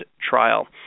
trial